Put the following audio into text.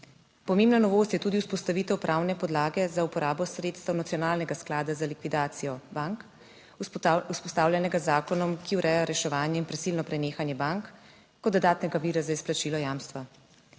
Pomembna novost je tudi vzpostavitev pravne podlage za uporabo sredstev nacionalnega sklada za likvidacijo bank, vzpostavljenega z zakonom, ki ureja reševanje in prisilno prenehanje bank kot dodatnega vira za izplačilo jamstva.